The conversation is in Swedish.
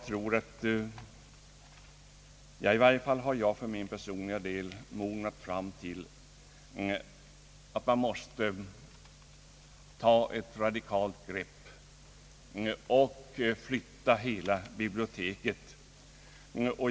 Min personliga uppfattning har mognat fram till att man måste ta ett radikalt grepp och flytta hela biblioteket.